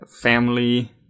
family